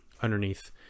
underneath